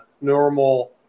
normal